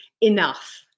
enough